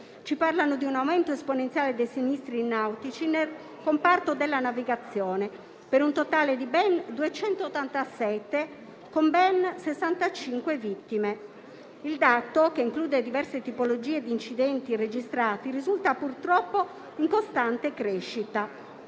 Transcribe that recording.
ci parlano di un aumento esponenziale dei sinistri nautici nel comparto della navigazione, per un totale di 287 con ben 65 vittime. Il dato - che include diverse tipologie di incidenti registrati - risulta, purtroppo, in costante crescita.